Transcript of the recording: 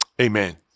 amen